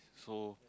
so